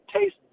taste